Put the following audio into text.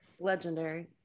legendary